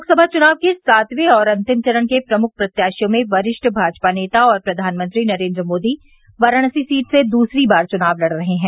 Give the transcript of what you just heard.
लोकसभा चुनाव के सातवें और अंतिम चरण के प्रमुख प्रत्याशियों में वरिष्ठ भाजपा नेता और प्रधानमंत्री नरेन्द्र मोदी वाराणसी सीट से दूसरी बार चुनाव लड़ रहे हैं